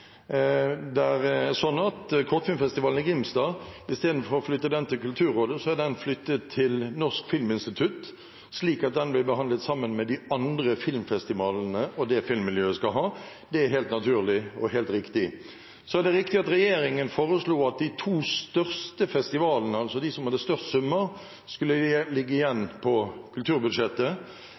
Istedenfor å flytte Kortfilmfestivalen i Grimstad til Kulturrådet er den flyttet til Norsk filminstitutt, slik at den blir behandlet sammen med de andre filmfestivalene og av et filmfaglig miljø. Det er helt naturlig og helt riktig. Så er det riktig at regjeringen foreslo at de to største festivalene, altså de som hadde størst summer, skulle ligge igjen på kulturbudsjettet.